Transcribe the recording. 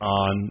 on